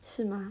是吗